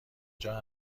کجا